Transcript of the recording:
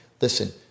listen